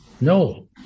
No